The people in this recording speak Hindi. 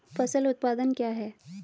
फसल उत्पादन क्या है?